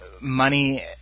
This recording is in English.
money